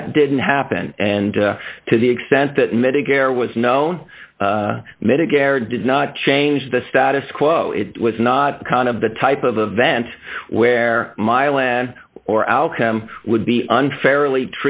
that didn't happen and to the extent that medicare was known medicare did not change the status quo it was not kind of the type of event where milan or outcome would be unfairly